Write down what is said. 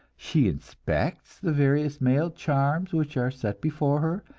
she inspects the various male charms which are set before her,